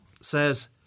says